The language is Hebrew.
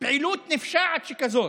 פעילות נפשעת שכזאת.